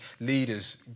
leaders